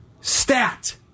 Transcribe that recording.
stat